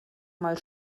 mal